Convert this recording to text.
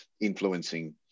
influencing